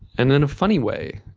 and in a funny way,